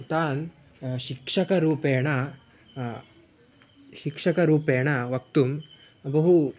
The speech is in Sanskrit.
तान् शिक्षकरूपेण शिक्षकरूपेण वक्तुं बहु